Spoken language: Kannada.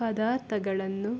ಪದಾರ್ಥಗಳನ್ನು